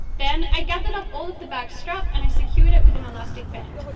then, i gathered up all of the bag's strap and i secured it with an elastic band.